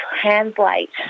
translate